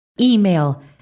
email